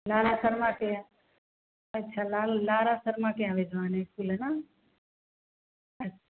लाल शर्मा के यहाँ अच्छा लाल लारा शर्मा के यहाँ भिजवाने ये फूल हैं ना अच्छा